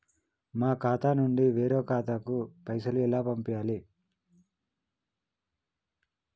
మా ఖాతా నుండి వేరొక ఖాతాకు పైసలు ఎలా పంపియ్యాలి?